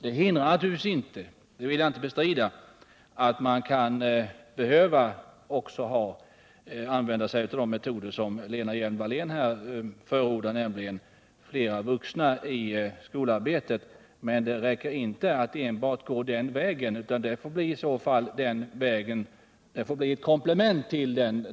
Det hindrar naturligtvis inte — det vill jag inte bestrida — att man kan behöva använda sig också av den metod som Lena Hjelm-Wallén förordar, nämligen flera vuxna i skolarbetet. Men det räcker inte att enbart gå den vägen, utan det får i så fall bli ett komplement.